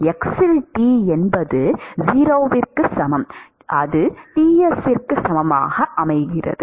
x இல் T என்பது 0 க்கு சமம் Ts க்கு சமம் Tx0Ts